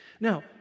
Now